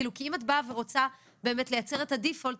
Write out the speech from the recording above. כאילו כי אם את באה ורוצה באמת לייצר את ה-default,